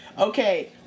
Okay